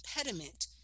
impediment